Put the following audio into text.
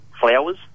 flowers